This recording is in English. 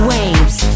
Waves